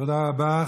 תודה רבה.